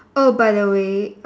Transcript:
oh by the way